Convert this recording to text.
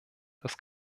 das